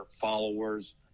followers